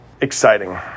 exciting